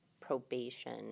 probation